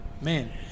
man